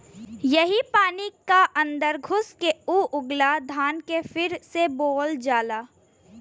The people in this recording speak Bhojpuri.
यही पानी क अन्दर घुस के ऊ उगला धान के फिर से बोअल जाला